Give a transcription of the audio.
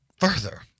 Further